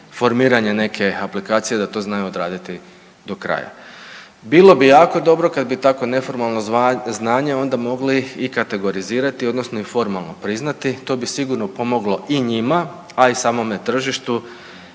formiranje neke aplikacije da to znaju odraditi do kraja. Bilo bi jako dobro kad bi tako neformalno znanje onda mogli i kategorizirati odnosno i formalno priznati, to bi sigurno pomoglo i njima, a i samome tržištu